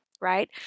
Right